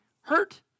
hurt